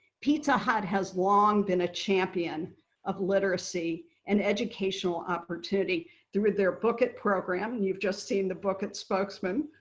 pizza hut has long been a champion of literacy and educational opportunity through their book it! program. you've just seen the book it! spokesman.